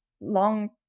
long